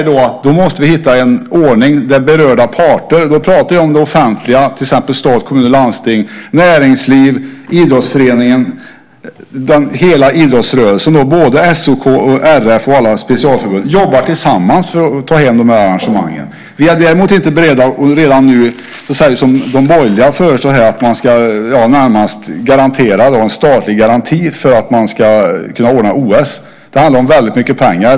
Då måste vi hitta en ordning där berörda parter - då talar jag om det offentliga, till exempel stat, kommun, landsting, näringsliv, idrottsföreningar och hela idrottsrörelsen både SOK, RF och alla specialförbund - jobbar tillsammans för att ta hem dessa arrangemang. Vi är däremot inte beredda att redan nu, som de borgerliga partierna nu föreslår, närmast ska garantera att det ges en statlig garanti för att man ska kunna arrangera OS. Det handlar om väldigt mycket pengar.